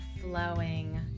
flowing